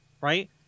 Right